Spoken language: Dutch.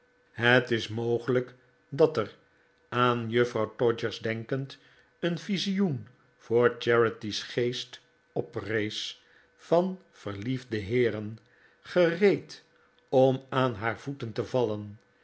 het is mogelijk dat er aan juffrouw todgers denkend een visioen voor charity's geest oprees van verliefde heeren gereed om aan haar voeten te vallen